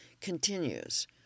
continues